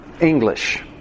English